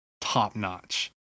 top-notch